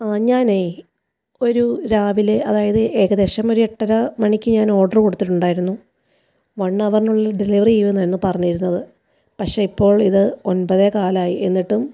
ആ ഞാനേ ഒരു രാവിലെ അതായത് ഏകദേശം ഒരു എട്ടര മണിക്ക് ഞാൻ ഓർഡർ കൊടുത്തിട്ടുണ്ടായിരുന്നു വൺ അവറിനുള്ളിൽ ഡെലിവർ ചെയ്യുമെന്നായിരുന്നു പറഞ്ഞിരുന്നത് പക്ഷെ ഇപ്പോൾ ഇത് ഒൻപതേ കാലായി എന്നിട്ടും